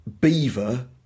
Beaver